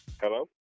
Hello